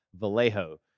Vallejo